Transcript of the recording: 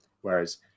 Whereas